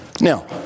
Now